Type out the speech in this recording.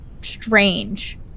Strange